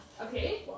Okay